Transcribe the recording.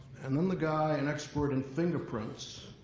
and then the guy, an expert in fingerprints,